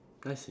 I see